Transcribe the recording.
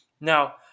Now